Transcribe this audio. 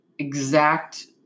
exact